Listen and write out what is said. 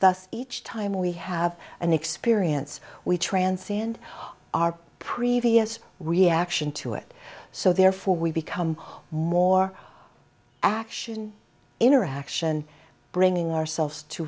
thus each time we have an experience we transcend our previous reaction to it so therefore we become more action interaction bringing ourselves to